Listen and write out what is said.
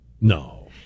No